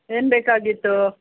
ಏನು ಬೇಕಾಗಿತ್ತು